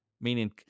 Meaning